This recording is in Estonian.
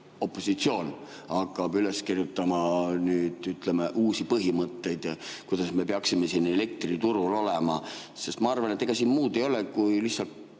opositsioon hakkab üles kirjutama nüüd, ütleme, uusi põhimõtteid, kuidas me peaksime siin elektriturul olema. Sest ma arvan, et ega siin muud ei ole kui puhtalt